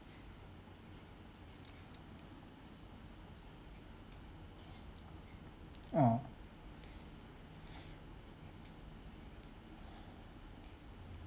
ah